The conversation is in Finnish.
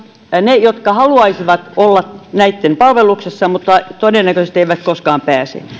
ne jotka haluaisivat olla näitten palveluksessa mutta todennäköisesti eivät koskaan pääse